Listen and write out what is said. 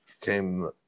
came